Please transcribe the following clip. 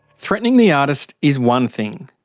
threatening the artist is one thing,